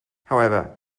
however